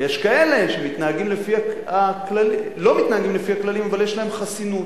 ויש כאלה שלא מתנהגים לפי הכללים אבל יש להם חסינות.